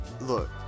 look